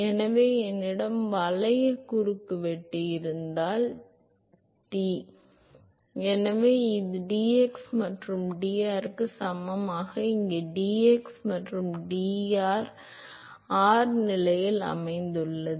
எனவே என்னிடம் வளைய குறுக்குவெட்டு இருந்தால் தி எனவே இது dx மற்றும் இது dr சமமாக இங்கே இது dx மற்றும் இது dr மற்றும் இது சில r நிலையில் அமைந்துள்ளது